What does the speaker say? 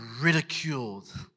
ridiculed